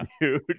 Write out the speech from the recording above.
dude